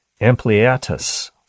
Ampliatus